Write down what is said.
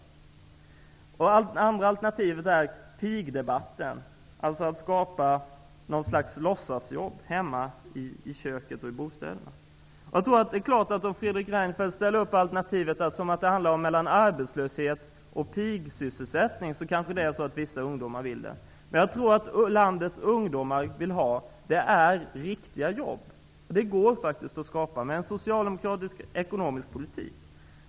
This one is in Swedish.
Andra alternativet kom fram i pigdebatten, alltså att man skulle skapa något slags låtsasjobb hemma i köket och i bostäderna. Det är klart att om Fredrik Reinfeldt säger att alternativen som det handlar om är arbetslöshet eller pigsysselsättning kanske vissa ungdomar vill ta det jobbet. Jag tror att det landets ungdomar vill ha är riktiga jobb. Det går faktiskt att skapa sådana med en socialdemokratisk ekonomisk politik.